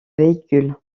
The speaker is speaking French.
véhicules